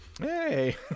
Hey